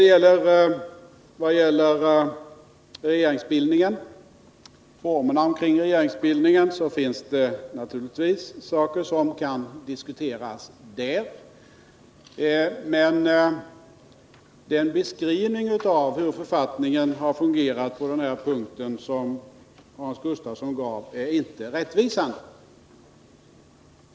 Det finns naturligtvis saker som kan diskuteras vad gäller formerna omkring regeringsbildningen, men Hans Gustafssons beskrivning av hur författningen har fungerat på den punkten var inte rättvisande.